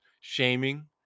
shaming